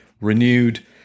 renewed